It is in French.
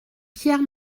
pierre